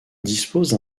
dispose